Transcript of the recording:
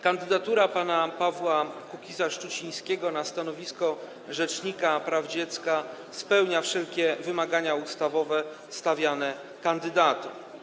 Kandydatura pana Pawła Kukiza-Szczucińskiego na stanowisko rzecznika praw dziecka spełnia wszelkie wymagania ustawowe stawiane kandydatom.